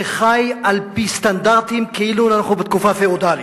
שחי על-פי סטנדרטים כאילו אנחנו בתקופה הפיאודלית,